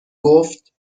گفت